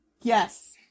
Yes